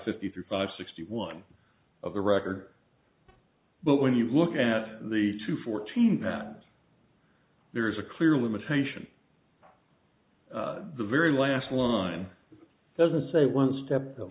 fifty five sixty one of the record but when you look at the two fourteen that there is a clear limitation the very last line doesn't say one step